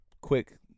quick